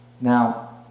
Now